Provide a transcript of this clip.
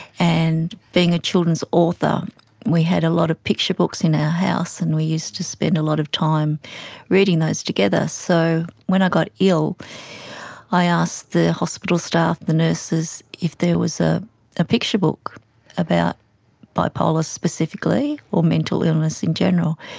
and being a children's author we had a lot of picture books in our house and we used to spend a lot of time reading those together. so when i got ill i asked the hospital staff, the nurses, if there was a a picture book about bipolar specifically or mental illness in general,